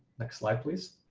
next slide please.